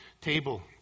table